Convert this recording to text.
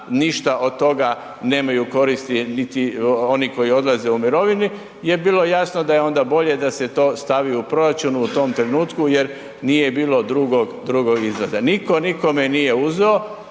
ništa od toga nemaju koristi niti oni koji odlaze u mirovinu je bilo jasno da je onda bolje da se to stavi u proračun u tom trenutku jer nije bilo drugog izlaza. Nitko nikome nije uzeo,